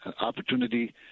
opportunity